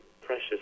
precious